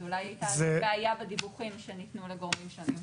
אז אולי הייתה איזושהי בעיה בדיווחים שניתנו לגורמים שונים.